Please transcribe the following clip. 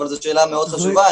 אבל זאת שאלה מאוד חשובה,